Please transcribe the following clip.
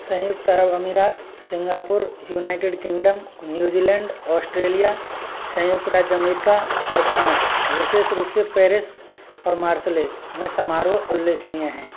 संयुक्त अरब अमीरात Singapore United Kingdom New Zealand Australia संयुक्त राज्य अमेरिका और फ्रांस विशेष रूप से पेरिस और मार्सले में समारोह उल्लेखनीय हैं